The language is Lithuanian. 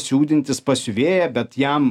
siūdintis pas siuvėją bet jam